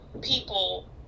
people